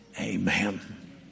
Amen